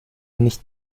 nicht